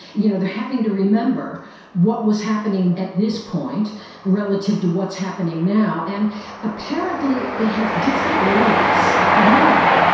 you know they are having to remember what was happening at this point relative to what's happening now, and apparently they have different lengths of memory.